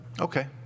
Okay